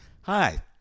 Hi